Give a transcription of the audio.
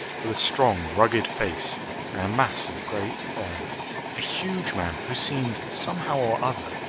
with a strong, rugged face and a mass of grey hair a huge man, who seemed, somehow or other,